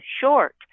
short